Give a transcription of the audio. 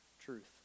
truth